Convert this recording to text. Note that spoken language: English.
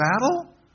battle